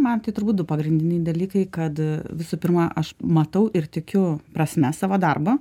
man tai turbūt du pagrindiniai dalykai kad visų pirma aš matau ir tikiu prasme savo darbo